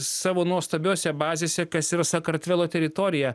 savo nuostabiose bazėse kas yra sakartvelo teritorija